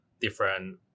different